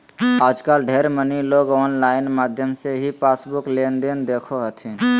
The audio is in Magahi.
आजकल ढेर मनी लोग आनलाइन माध्यम से ही पासबुक लेनदेन देखो हथिन